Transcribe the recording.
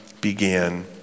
began